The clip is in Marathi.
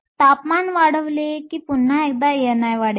तर तापमान वाढवले की पुन्हा एकदा ni वाढेल